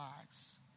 lives